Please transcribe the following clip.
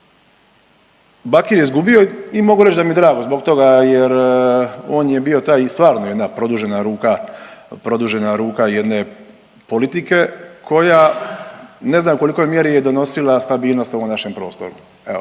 Bakir je izgubio i mogu reći da mi je drago zbog toga jer on je bio taj i stvarno jedna produžena ruka, produžena ruka jedne politike koja ne znam u kolikoj mjeri je donosila stabilnosti u ovom našem prostoru. Evo,